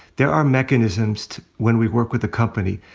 there are mechanisms when we work with the company,